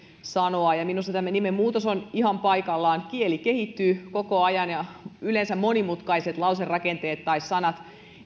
sanoa ja minusta tämä nimenmuutos on ihan paikallaan kieli kehittyy koko ajan ja yleensä monimutkaiset lauserakenteet tai sanat